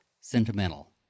sentimental